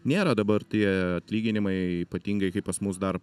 nėra dabar tie atlyginimai ypatingai kai pas mus dar